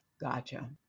gotcha